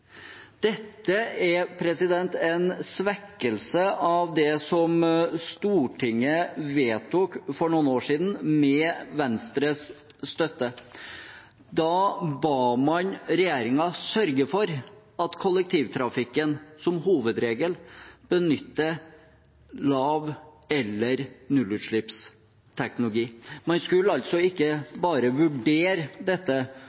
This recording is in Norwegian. Dette er en svekkelse av det Stortinget vedtok for noen år siden med Venstres støtte. Da ba man regjeringen sørge for at kollektivtrafikken som hovedregel skulle benytte lav- eller nullutslippsteknologi. Man skulle altså ikke bare vurdere dette,